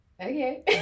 okay